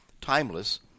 timeless